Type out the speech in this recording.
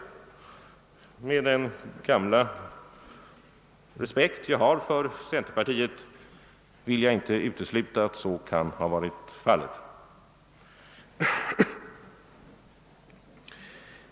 Med den gamla respekt jag har för centerpartiet vill jag inte utesluta att så kan ha varit fallet.